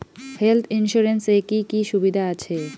Health insurance এ কি কি সুবিধা আছে?